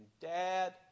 dad